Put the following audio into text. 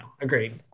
Agreed